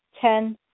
ten